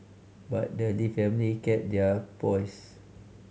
but the Lee family kept their poise